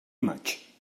maig